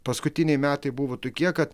paskutiniai metai buvo tokie kad